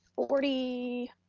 forty